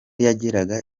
yageraga